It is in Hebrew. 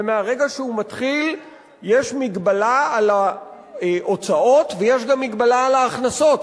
ומהרגע שהוא מתחיל יש מגבלה על ההוצאות ויש גם מגבלה על ההכנסות,